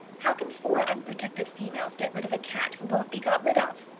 how can four unprotected females get rid of a cat who won't be got rid of?